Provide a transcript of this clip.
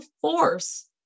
force